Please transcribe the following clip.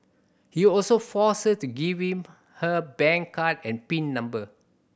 he also forced her to give him her bank card and pin number